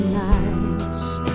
nights